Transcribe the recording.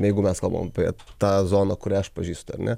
jeigu mes kalbam apie tą zoną kurią aš pažįstu